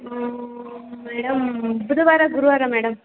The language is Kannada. ಮೇಡಮ್ ಬುಧವಾರ ಗುರುವಾರ ಮೇಡಮ್